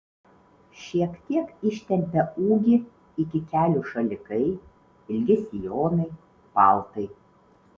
šiek tiek ištempia ūgį iki kelių šalikai ilgi sijonai paltai